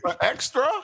Extra